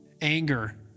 anger